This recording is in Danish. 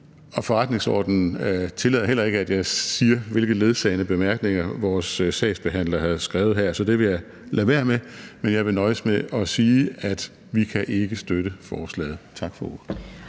og forretningsordenen tillader heller ikke, at jeg siger, hvilke ledsagende bemærkninger vores sagsbehandler havde skrevet her, så det vil jeg lade være med. Jeg vil nøjes med at sige, at vi ikke kan støtte forslaget. Tak for ordet.